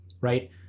Right